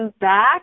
back